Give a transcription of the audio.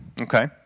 Okay